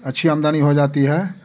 अच्छी आमदनी हो जाती है